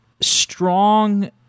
strong